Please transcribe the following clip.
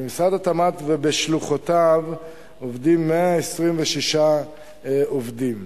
במשרד התמ"ת ובשלוחותיו עובדים 126 עובדים,